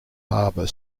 harbour